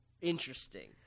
interesting